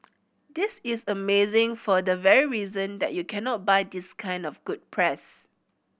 this is amazing for the very reason that you cannot buy this kind of good press